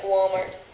Walmart